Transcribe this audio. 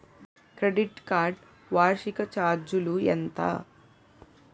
Credit card వార్షిక ఛార్జీలు ఎంత?